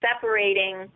separating